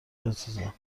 عزیزم